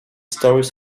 stories